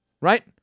Right